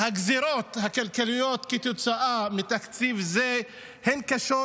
הגזרות הכלכליות כתוצאה מתקציב זה הן קשות,